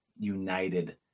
united